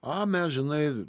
a mes žinai